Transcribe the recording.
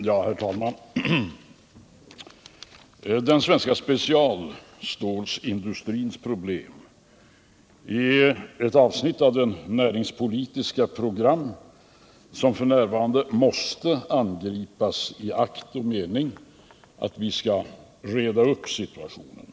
Herr talman! Den svenska specialstålindustrins problem utgör ett avsnitt av det näringspolitiska program som f. n. måste angripas i akt och mening att vi skall reda upp situationen.